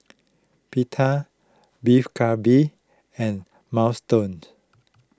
Pita Beef Galbi and Minestrone